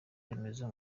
remezo